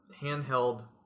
handheld